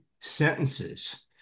sentences